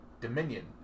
Dominion